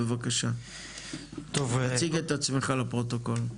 בבקשה תציג את עצמך לפרוטוקול.